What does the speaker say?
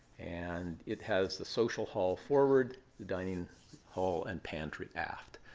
and it has the social hall forward, the dining hall, and pantry aft.